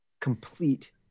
complete